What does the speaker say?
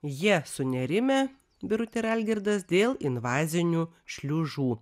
jie sunerimę birutė ir algirdas dėl invazinių šliužų